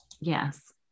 Yes